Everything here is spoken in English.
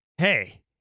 Hey